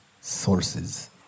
sources